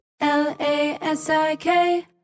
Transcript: L-A-S-I-K